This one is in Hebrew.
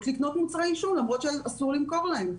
לקנות מוצרי עישון למרות שאסור למכור להם.